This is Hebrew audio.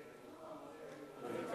אני כבר עולה.